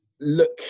Look